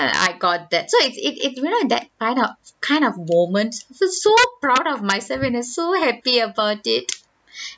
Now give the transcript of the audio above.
I got that so it's it it's you know that kind of kind of moments so so proud of myself and I'm so happy about it